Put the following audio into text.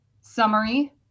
summary